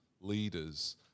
leaders